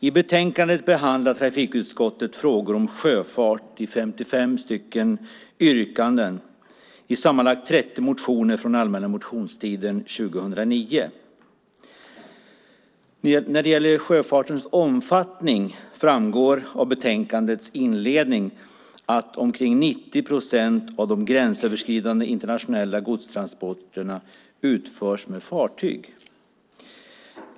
I betänkandet behandlar trafikutskottet frågor om sjöfart i 55 yrkanden i sammanlagt 30 motioner från allmänna motionstiden 2009. När det gäller sjöfartens omfattning framgår av betänkandets inledning att omkring 90 procent av de gränsöverskridande internationella godstransporterna utförs med fartyg.